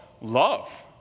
love